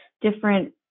different